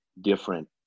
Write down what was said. different